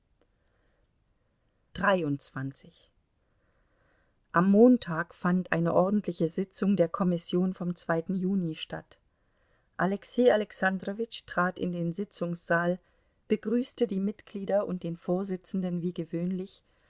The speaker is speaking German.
am montag fand eine ordentliche sitzung der kommission vom juni statt alexei alexandrowitsch trat in den sitzungssaal begrüßte die mitglieder und den vorsitzenden wie gewöhnlich